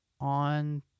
on